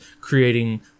creating